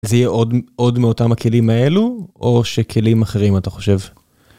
זה יהיה עוד מאותם הכלים האלו או שכלים אחרים, מה אתה חושב?